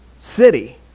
City